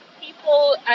people